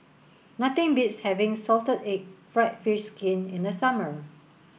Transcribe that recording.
nothing beats having salted egg fried fish skin in the summer